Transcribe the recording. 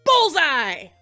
Bullseye